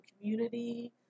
community